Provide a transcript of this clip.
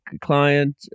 client